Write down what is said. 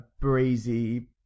breezy